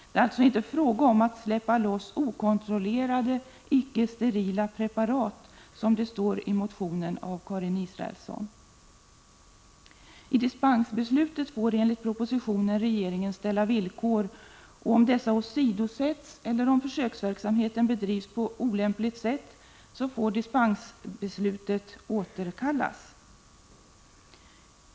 Det är alltså inte fråga om att släppa loss okontrollerade icke-sterila preparat, som det heter i motionen av Karin Israelsson. I dispensbeslutet får regeringen enligt förslaget i propositionen ställa villkor. Om dessa åsidosätts eller om försöksverksamheten bedrivs på olämpligt sätt får dispensbeslutet återkallas.